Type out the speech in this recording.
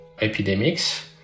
epidemics